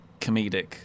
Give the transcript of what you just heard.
comedic